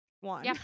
one